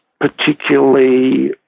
particularly